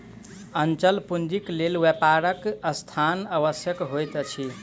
अचल पूंजीक लेल व्यापारक स्थान आवश्यक होइत अछि